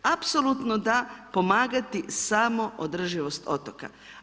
Apsolutno da pomagati samoodrživost otoka.